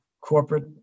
corporate